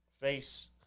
face